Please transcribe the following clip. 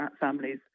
families